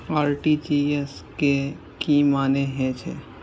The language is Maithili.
आर.टी.जी.एस के की मानें हे छे?